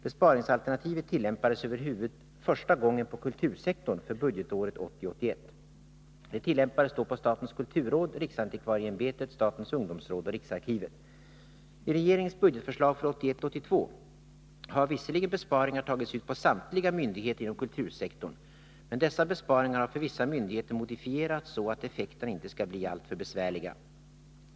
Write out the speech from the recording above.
Besparingsalternativet tillämpades över huvud första gången på kultursektorn för budgetåret 1980 82 har visserligen besparingar tagits ut på samtliga myndigheter inom kultursektorn, men dessa besparingar har för vissa myndigheter modifierats så att effekterna inte skall bli alltför besvärliga.